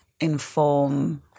inform